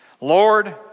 Lord